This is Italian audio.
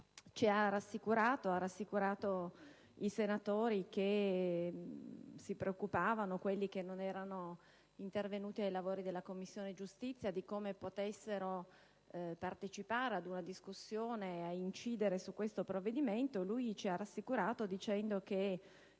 posta la fiducia, ha rassicurato i senatori che si preoccupavano, quelli che non erano intervenuti ai lavori della Commissione giustizia, su come potessero partecipare ad una discussione e incidere su questo provvedimento; lui ci ha rassicurato dicendo che